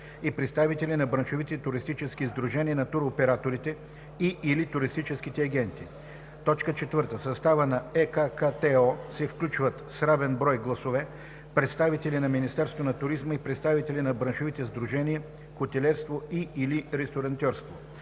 и представители на браншовите туристически сдружения на туроператорите и/или туристическите агенти. (4) В състава на ЕККТО се включват с равен брой гласове представители на Министерството на туризма и представители на браншовите сдружения (хотелиерство и/или ресторантьорство).